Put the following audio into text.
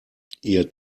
ihr